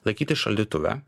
laikyti šaldytuve